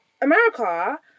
America